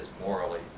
morally